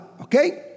okay